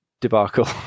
debacle